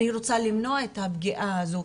אני רוצה למנוע את הפגיעה הזו.